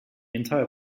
entire